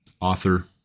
author